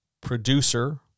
producer